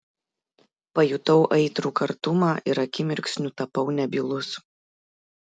pajutau aitrų kartumą ir akimirksniu tapau nebylus